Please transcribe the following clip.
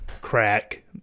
crack